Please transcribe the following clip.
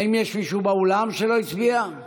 האם יש מישהו באולם שלא הצביע?